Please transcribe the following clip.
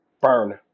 Burn